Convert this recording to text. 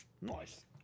Nice